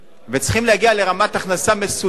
וצריכים להגיע לרמת הכנסת מסוימת.